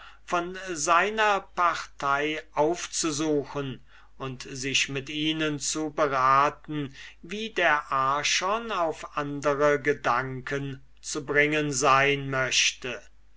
von seiner partei aufzusuchen und sich mit ihnen zu beraten wie der archon auf andere gedanken zu bringen sein möchte